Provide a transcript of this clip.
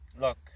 look